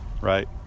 right